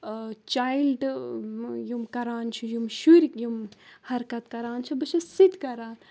child یِم کَران چھِ یِم شُرۍ یِم حرکَت کَران چھِ بہٕ چھَس سُہ تہِ کَران